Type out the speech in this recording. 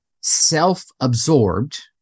self-absorbed